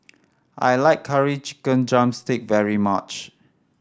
I like Curry Chicken drumstick very much